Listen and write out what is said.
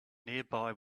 nearby